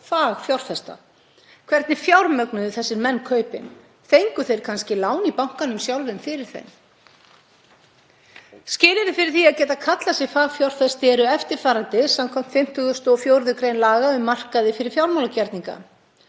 fagfjárfesta. Hvernig fjármögnuðu þessir menn kaupin? Fengu þeir kannski lán í bankanum sjálfum fyrir þeim? Skilyrði fyrir því að geta kallað sig fagfjárfesti eru eftirfarandi, skv. 54. gr. laga um markaði fyrir fjármálagerninga,